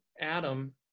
Adam